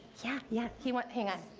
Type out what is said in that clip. yeah, yeah, he won't, hang on.